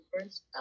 first